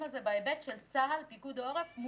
על זה בהיבט של צה"ל-פיקוד העורף,